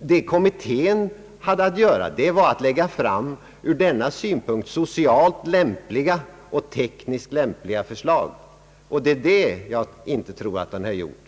Vad kommittén hade att göra var att lägga fram från denna synpunkt socialt och tekniskt lämpliga förslag. Det tror jag inte att den har gjort.